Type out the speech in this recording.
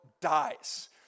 dies